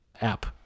app